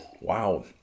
Wow